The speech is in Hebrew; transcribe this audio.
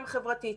גם חברתית,